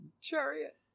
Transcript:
Chariot